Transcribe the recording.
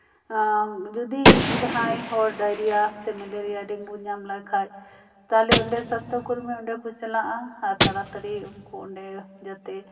ᱡᱩᱫᱤ ᱡᱟᱦᱟᱸᱭ ᱦᱚᱲ ᱰᱟᱭᱨᱤᱭᱟ ᱥᱮ ᱢᱮᱞᱮᱨᱤᱭᱟ ᱰᱮᱝᱜᱩ ᱧᱟᱢ ᱞᱮᱠᱷᱟᱱ ᱛᱟᱦᱞᱮ ᱚᱸᱰᱮ ᱥᱟᱥᱛᱷᱚ ᱠᱚᱨᱢᱤ ᱚᱸᱰᱮ ᱠᱚ ᱪᱟᱞᱟᱜᱼᱟ ᱟᱨ ᱛᱟᱲᱟᱛᱟᱲᱤ ᱩᱱᱠᱩ ᱚᱸᱰᱮ ᱡᱟᱛᱮ